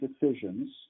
decisions